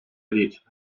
річ